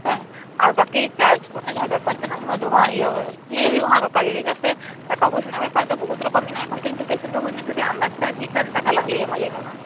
ᱦᱮᱸ ᱟ ᱵᱟᱹᱠᱤ ᱪᱟᱨᱡᱽ ᱠᱚᱨᱮᱱᱟᱜ ᱵᱟᱯᱟᱨ ᱠᱟᱱᱟ ᱚᱱᱟ ᱫᱚ ᱦᱟᱸᱜ ᱤᱭᱟᱹ ᱞᱟᱹᱭ ᱦᱩᱭᱩᱜᱼᱟ ᱦᱟᱸᱜ ᱜᱟᱯᱟᱜᱮ ᱪᱮᱫᱟᱜ ᱥᱮ ᱴᱟᱠᱟ ᱯᱩᱭᱥᱟᱹ ᱨᱮᱱᱟᱜ ᱵᱮᱯᱟᱨ ᱫᱚ ᱵᱚᱦᱩᱛ ᱨᱚᱠᱚᱢ ᱢᱮᱱᱟᱜ ᱼᱟ ᱮᱠᱷᱚᱱ ᱛᱤᱧ ᱫᱚ ᱯᱮᱥᱮᱱᱴ ᱦᱳ ᱵᱟ ᱧ ᱧᱮᱞ ᱠᱟᱫᱮᱭᱟ ᱟᱱᱫᱟᱡᱽ ᱛᱮ ᱛᱤᱜ ᱜᱟᱱ ᱴᱟᱠᱟᱞᱟᱝ ᱞᱟ ᱭᱟᱢᱟ ᱞᱟ ᱭᱢᱮ ᱢᱟ